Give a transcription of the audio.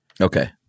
Okay